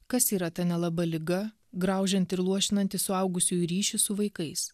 kas yra ta nelaba liga graužianti ir luošinanti suaugusiųjų ryšį su vaikais